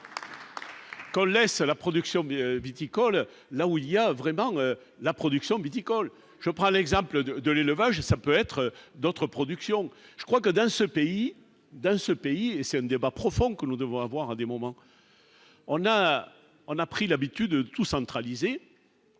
Kohl s à la production mais viticole, là où il y a vraiment la production viticole, je prends l'exemple de de l'élevage, ça peut être d'autres productions, je crois que dans ce pays, dans ce pays et saine débat profond que nous devons avoir des moments, on a, on a pris l'habitude de tout centraliser.